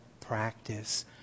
practice